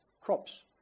crops